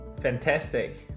Fantastic